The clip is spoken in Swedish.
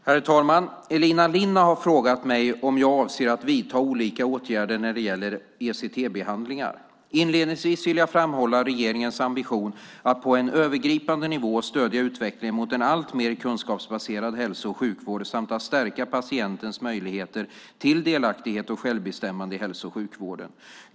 Herr talman! Elina Linna har frågat mig om jag avser att vidta olika åtgärder när det gäller ECT-behandlingar. Inledningsvis vill jag framhålla regeringens ambition att på en övergripande nivå stödja utvecklingen mot en alltmer kunskapsbaserad hälso och sjukvård samt att stärka patientens möjligheter till delaktighet och självbestämmande i hälso och sjukvården.